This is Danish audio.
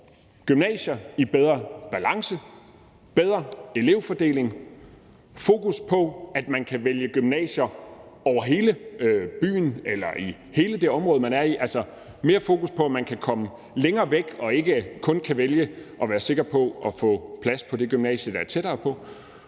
gymnasier i bedre balance, med bedre elevfordeling, med fokus på, at man kan vælge gymnasier over hele byen eller i hele det område, man bor i. Altså, der skal være mere fokus på, at man kan komme længere væk og ikke kun kan vælge og være sikker på at få plads på det gymnasium, der er tættere på,